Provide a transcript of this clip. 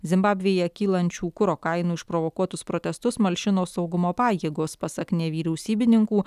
zimbabvėje kylančių kuro kainų išprovokuotus protestus malšino saugumo pajėgos pasak nevyriausybininkų